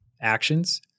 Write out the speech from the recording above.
actions